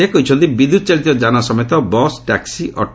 ସେ କହିଛନ୍ତି ବିଦ୍ୟୁତ୍ ଚାଳିତ ଯାନ ସମେତ ବସ୍ ଟ୍ୟାକ୍ଟି ଅଟେ